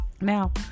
Now